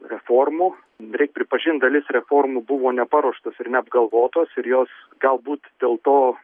reformų reik pripažint dalis reformų buvo neparuoštos ir neapgalvotos ir jos galbūt dėl to